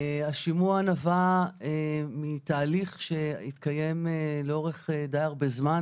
השימוע נבע מתהליך שהתקיים לאורך די הרבה זמן,